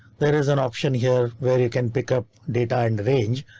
there is an option here where you can pick up data and range.